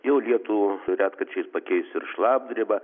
jau lietų retkarčiais pakeis ir šlapdriba